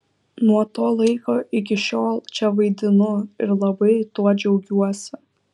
nuo to laiko iki šiol čia vaidinu ir labai tuo džiaugiuosi